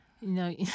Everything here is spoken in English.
No